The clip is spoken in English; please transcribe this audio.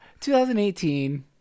2018